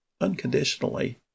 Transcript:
unconditionally